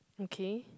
okay